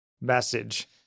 message